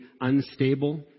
unstable